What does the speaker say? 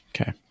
Okay